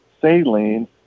saline